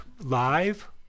live